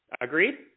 Agreed